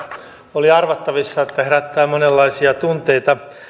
oli arvattavissa että heittoni herättää monenlaisia tunteita